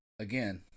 again